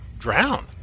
drown